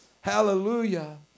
Hallelujah